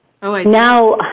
Now